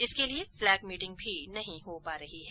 इसके लिए flag meeting भी नहीं हो पा रही है